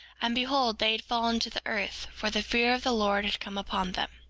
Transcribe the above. and behold they had fallen to the earth, for the fear of the lord had come upon them.